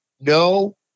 no